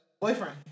Boyfriend